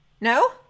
No